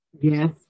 Yes